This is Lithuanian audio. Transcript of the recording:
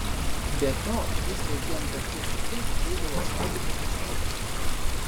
be to jis kasdien kartu su tėvu eidavo šaudyti iš šautuvo